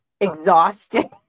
exhausted